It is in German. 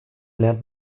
lernt